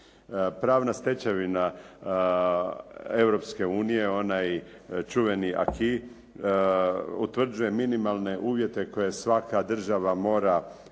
Pravna stečevina Europske unije, onaj čuveni aquis utvrđuje minimalne uvjete koje svaka država mora zadovoljiti